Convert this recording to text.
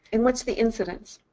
and what's the incidence?